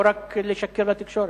ולא רק לשקר לתקשורת.